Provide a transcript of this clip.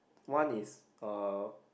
one is uh